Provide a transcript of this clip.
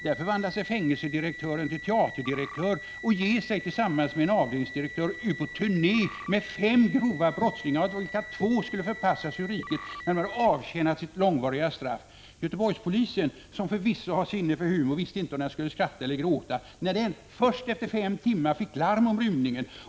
Där förvandlar sig fängelsedirektören till teaterdirektör och ger sig tillsammans med en avdelningsinspektör ut på turné med fem grova brottslingar, av vilka två skulle förpassas ur riket när de avtjänat sitt långvariga straff. Göteborgspolisen, som förvisso har sinne för humor, visste inte om den skulle skratta eller gråta när den — först efter fem timmar — fick larm om rymningen.